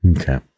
Okay